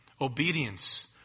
obedience